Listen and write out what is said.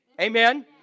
Amen